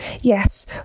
Yes